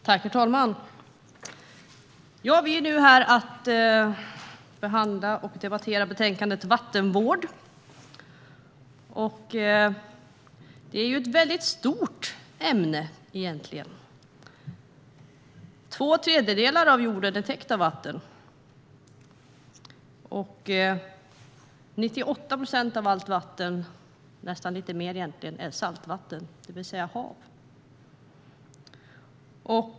Herr talman! Vi är nu här för att debattera betänkandet Vattenvård . Det är egentligen ett väldigt stort ämne. Två tredjedelar av jorden är täckta av vatten. 98 procent av allt vatten, nästan lite mer, är saltvatten, det vill säga hav.